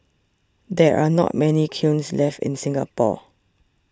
there are not many kilns left in Singapore